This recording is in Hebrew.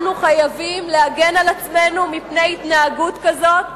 אנחנו חייבים להגן על עצמנו מפני התנהגות כזאת,